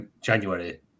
January